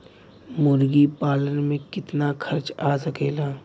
मुर्गी पालन में कितना खर्च आ सकेला?